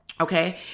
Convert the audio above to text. Okay